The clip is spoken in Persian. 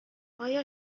آیا